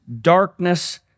darkness